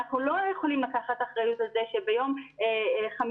אנחנו לא יכולים לקחת אחריות על זה שביום חמישי